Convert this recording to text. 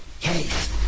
case